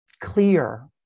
clear